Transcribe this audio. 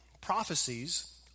prophecies